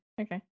Okay